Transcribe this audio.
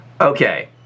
Okay